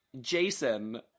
Jason